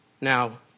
Now